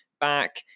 back